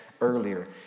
earlier